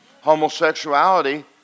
Homosexuality